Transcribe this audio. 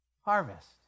harvest